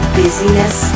busyness